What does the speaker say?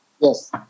Yes